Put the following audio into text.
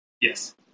Yes